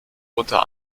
unter